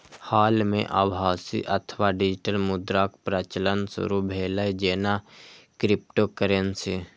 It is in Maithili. हाल मे आभासी अथवा डिजिटल मुद्राक प्रचलन शुरू भेलै, जेना क्रिप्टोकरेंसी